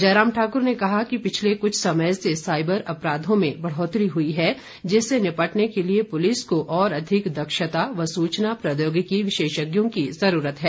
जयराम ठाकुर ने कहा कि पिछले कुछ समय से साइबर अपराधों में बढ़ोतरी हुई है जिससे निपटने के लिए पुलिस को और अधिक दक्षता व सूचना प्रौद्योगिकी विशेषज्ञों की ज़रूरत है